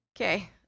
Okay